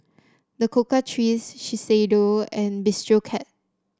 The Cocoa Trees Shiseido and Bistro Cat